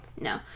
no